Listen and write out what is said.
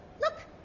look